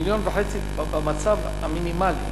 מיליון וחצי במצב המינימלי.